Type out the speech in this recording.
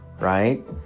right